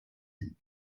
hin